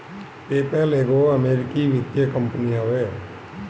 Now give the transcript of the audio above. PayPal एगो अमरीकी वित्तीय कंपनी हवे